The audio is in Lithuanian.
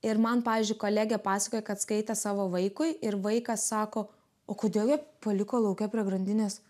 ir man pavyzdžiui kolegė pasakojo kad skaitė savo vaikui ir vaikas sako o kodėl jie paliko lauke prie grandinės